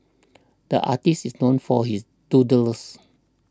the artist is known for his doodles